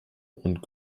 und